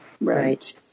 Right